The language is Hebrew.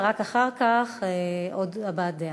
ורק אחר כך עוד הבעת דעה.